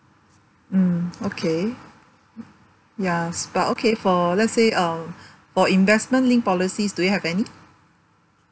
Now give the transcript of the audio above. mm okay ya s~ but okay for let's say um for investment linked policies do you have any